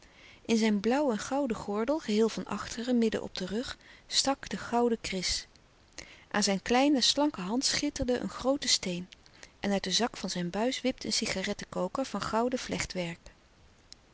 in zijn blauw en gouden gordel geheel van achteren midden op den rug stak de gouden kris aan zijn kleine slanke hand schitterde een groote steen en uit de zak van zijn buis wipte een cigarettekoker louis couperus de stille kracht van gouden vlechtwerk